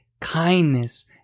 kindness